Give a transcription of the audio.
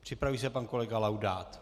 Připraví se pan kolega Laudát.